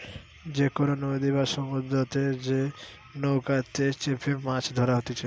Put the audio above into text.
যে কোনো নদী বা সমুদ্রতে যে নৌকাতে চেপেমাছ ধরা হতিছে